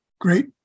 great